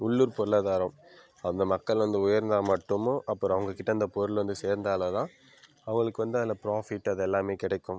உள்ளூர் பொருளாதாரம் அந்த மக்கள் வந்து உயர்ந்தாக மட்டும் அப்புறோம் அவங்ககிட்டே இந்த பொருள் வந்து சேர்ந்தால் தான் அவங்களுக்கு வந்து அந்த ப்ராஃபிட் அது எல்லாமே கிடைக்கும்